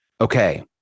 Okay